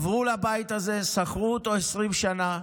עברו לבית הזה, שכרו אותו 20 שנה,